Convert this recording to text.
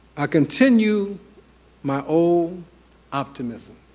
ah continue my old optimism.